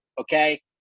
okay